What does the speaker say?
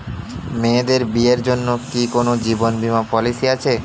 মেয়েদের বিয়ের জন্য কি কোন জীবন বিমা পলিছি আছে?